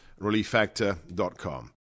relieffactor.com